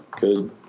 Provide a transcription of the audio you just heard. Good